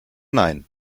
nein